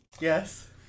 Yes